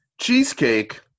cheesecake –